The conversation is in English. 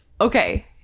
okay